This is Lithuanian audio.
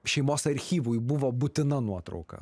šeimos archyvui buvo būtina nuotrauka